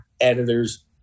editors